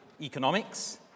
economics